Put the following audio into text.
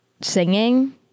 singing